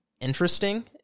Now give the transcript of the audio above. interesting